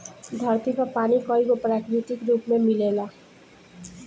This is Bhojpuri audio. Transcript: धरती पर पानी कईगो प्राकृतिक रूप में मिलेला